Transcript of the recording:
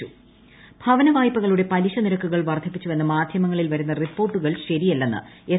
I പലിശനിരക്ക് ് ഭവന വായ്പകളുടെ പലിശ്ര്യനീർക്കുകൾ വർദ്ധിപ്പിച്ചുവെന്ന് മാധ്യമങ്ങളിൽ വരുന്ന റ്റിപ്പ്പോർട്ടുകൾ ശരിയല്ലെന്ന് എസ്